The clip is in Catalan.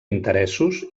interessos